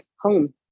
home